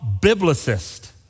Biblicist